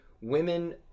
Women